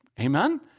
Amen